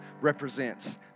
represents